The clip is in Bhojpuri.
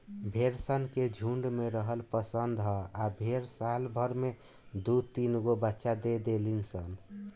भेड़ सन के झुण्ड में रहल पसंद ह आ भेड़ साल भर में दु तीनगो बच्चा दे देली सन